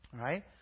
right